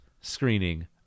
screening